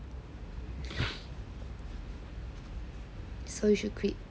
so you should quit